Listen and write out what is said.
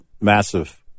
massive